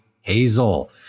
Hazel